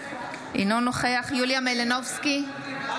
אינו נוכח יוליה מלינובסקי,